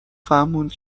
فهموند